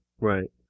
Right